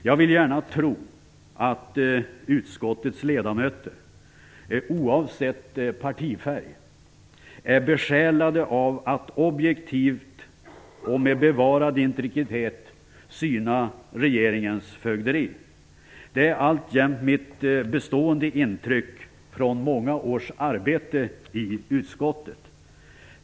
Jag vill gärna tro att utskottets ledamöter oavsett partifärg är besjälade av att objektivt och med bevarad integritet syna regeringens fögderi. Det är alltjämt mitt bestående intryck från många års arbete i utskottet.